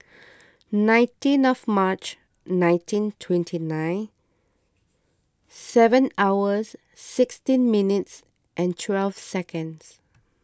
nineteen of March nineteen twenty nine seven hours sixteen minutes and twelve seconds